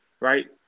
right